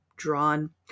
drawn